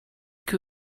que